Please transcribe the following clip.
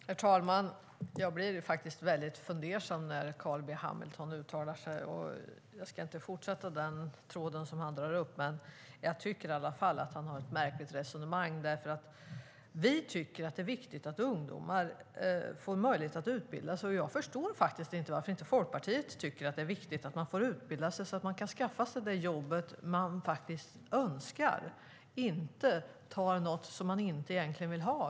Herr talman! Jag blev väldigt fundersam över Carl B Hamiltons uttalande, men jag ska inte fortsätta på den tråd som har tar upp. Jag tycker i alla fall att han för ett märkligt resonemang. Vi tycker att det är viktigt att ungdomar får möjlighet att utbilda sig. Jag förstår inte varför Folkpartiet inte tycker att det är viktigt att man får utbilda sig så att man kan skaffa sig det jobb man önskar och inte behöver ta någonting man egentligen inte vill ha.